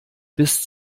bis